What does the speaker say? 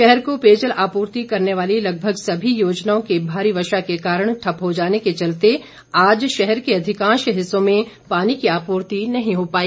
शहर को पेयजल आपूर्ति करने वाली लगभग सभी योजनाओं के भारी वर्षा के कारण ठप्प हो जाने के चलते आज शहर के अधिकांश हिस्सों में पानी की आपूर्ति नहीं हो पाई